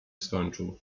skończył